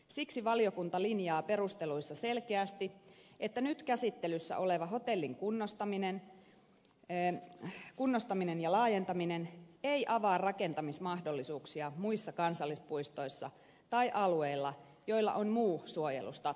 siksi valiokunta linjaa perusteluissaan selkeästi että nyt käsittelyssä oleva hotellin kunnostaminen ja laajentaminen ei avaa rakentamismahdollisuuksia muissa kansallispuistoissa tai alueilla joilla on muu suojelustatus